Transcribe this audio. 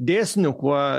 dėsnių kuo